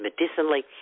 medicinally